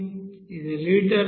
ఇది లీటరుకు 0